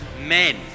Men